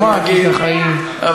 היו לי, היו לי עוד דברים לומר --- רגע.